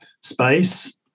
space